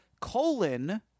colon